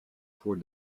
for